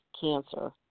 cancer